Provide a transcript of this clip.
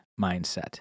mindset